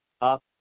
up